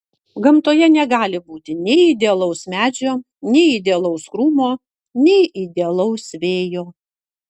gamtoje negali būti nei idealaus medžio nei idealaus krūmo nei idealaus vėjo